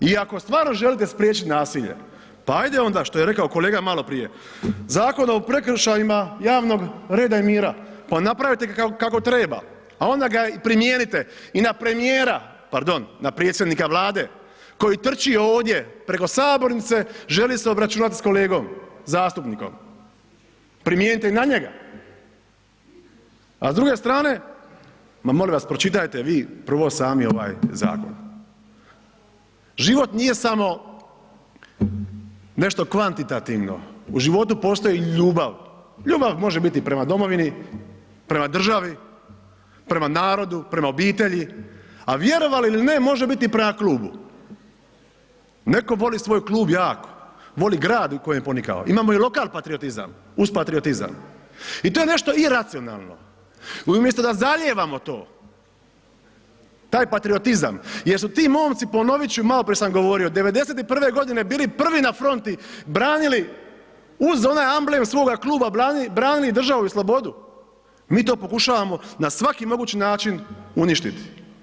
I ako stvarno želite spriječit nasilje, pa ajde onda što je rekao kolega maloprije, Zakon o prekršajima javnog reda i mira, pa napravite ga kako treba, a onda ga i primijenite i na premijera, pardon, na predsjednika Vlade koji trči ovdje preko sabornice želi se obračunat s kolegom zastupnikom, primijenite na njega, a s druge strane, ma molim vas pročitajte vi prvo sami ovaj zakon, život nije samo nešto kvantitativno, u životu postoji ljubav, ljubav može biti prema domovini, prema državi, prema narodu, prema obitelji, a vjerovali ili ne može biti i prema klubu, neko voli svoj klub jako, voli grad u kojem je ponikao, imamo i lokal patriotizam uz patriotizam i to je nešto iracionalno i umjesto da zalijevamo to, taj patriotizam jer su ti momci, ponovit ću maloprije sam govorio, '91.g. bili prvi na fronti, branili uz onaj amblem svoga kluba, branili državu i slobodu, mi to pokušavamo na svaki mogući način uništiti.